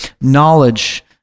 knowledge